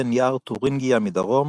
בין יער תורינגיה מדרום,